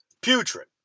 Putrid